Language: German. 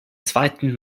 zweiten